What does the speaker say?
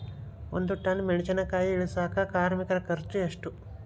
ಒಂದ್ ಟನ್ ಮೆಣಿಸಿನಕಾಯಿ ಇಳಸಾಕ್ ಕಾರ್ಮಿಕರ ಖರ್ಚು ಎಷ್ಟು?